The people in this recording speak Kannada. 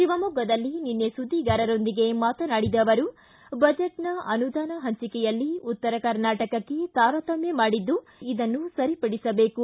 ಶಿವಮೊಗ್ಗದಲ್ಲಿ ನಿನ್ನೆ ಸುದ್ದಿಗಾರರೊಂದಿಗೆ ಮಾತನಾಡಿದ ಅವರು ಬಜೆಟ್ನ ಅನುದಾನ ಹಂಚಿಕೆಯಲ್ಲಿ ಉತ್ತರ ಕರ್ನಾಟಕಕ್ಕೆ ತಾರತಮ್ಯ ಮಾಡಿದ್ದು ಇದನ್ನು ಸರಿಪಡಿಸಬೇಕು